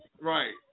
Right